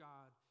God